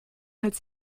als